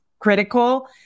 critical